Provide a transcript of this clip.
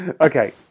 Okay